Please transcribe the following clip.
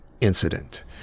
incident